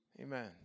amen